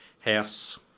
house